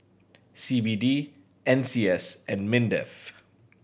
C B D N C S and MINDEF